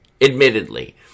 admittedly